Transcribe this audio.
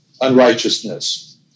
unrighteousness